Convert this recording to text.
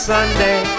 Sunday